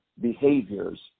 behaviors